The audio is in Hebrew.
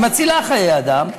והיא מצילה חיי אדם,